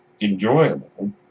enjoyable